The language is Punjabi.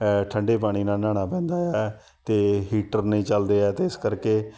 ਠੰਡੇ ਪਾਣੀ ਨਾਲ ਨਹਾਉਣਾ ਪੈਂਦਾ ਹੈ ਅਤੇ ਹੀਟਰ ਨਹੀਂ ਚੱਲਦੇ ਹੈ ਤਾਂ ਇਸ ਕਰਕੇ